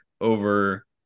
over